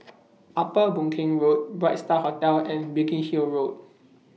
Upper Boon Keng Road Bright STAR Hotel and Biggin Hill Road